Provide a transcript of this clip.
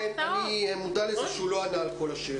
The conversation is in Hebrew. אני מודע לזה שהוא לא ענה על כל השאלות.